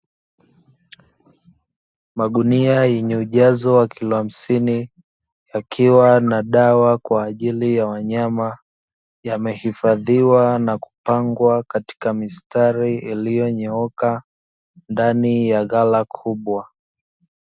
Magunia yenye ujazo wa kilo hamsini yakiwa na dawa kwa ajili ya wanyama, yamehifadhiwa na kupangwa katika mistari iliyonyooka ndani ya ghala kubwa.